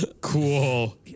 Cool